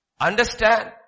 understand